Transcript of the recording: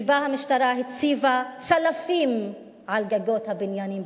שבו המשטרה הציבה צלפים על גגות הבניינים,